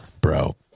bro